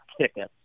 tickets